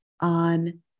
on